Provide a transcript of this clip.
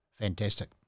fantastic